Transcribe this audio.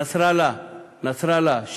לכן, נסראללה שקט